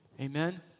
Amen